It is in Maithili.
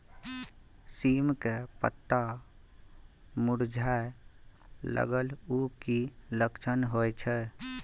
सीम के पत्ता मुरझाय लगल उ कि लक्षण होय छै?